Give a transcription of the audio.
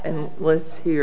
and lists here